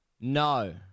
no